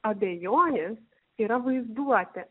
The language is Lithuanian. abejonės yra vaizduotė